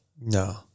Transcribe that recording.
No